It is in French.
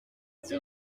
c’est